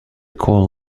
core